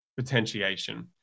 potentiation